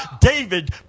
David